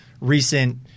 recent